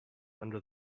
under